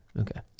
Okay